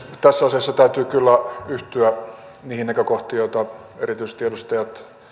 tässä asiassa täytyy kyllä yhtyä niihin näkökohtiin joita erityisesti edustaja